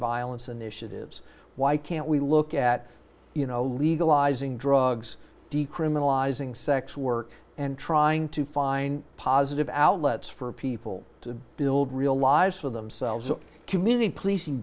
violence initiatives why can't we look at you know legalizing drugs decriminalizing sex work and trying to find positive outlets for people to build real lives for themselves the community policing